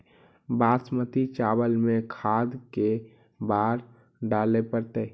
बासमती चावल में खाद के बार डाले पड़तै?